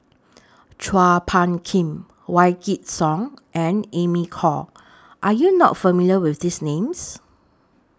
Chua Phung Kim Wykidd Song and Amy Khor Are YOU not familiar with These Names